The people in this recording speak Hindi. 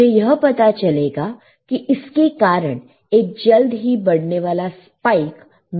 मुझे यह पता चलेगा कि इसके कारण एक जल्द ही बढ़ने वाला स्पाइक मिलता है